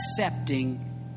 accepting